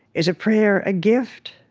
is a prayer a gift,